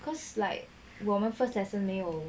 cause like 我们 first lesson 没有